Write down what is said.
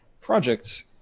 projects